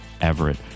Everett